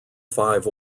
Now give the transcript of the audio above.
five